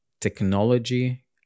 technology